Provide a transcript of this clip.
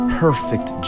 perfect